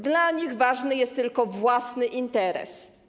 Dla nich ważny jest tylko własny interes.